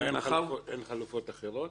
אין חלופות אחרות?